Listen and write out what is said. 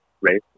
race